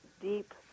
deep